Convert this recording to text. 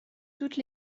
toutes